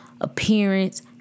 appearance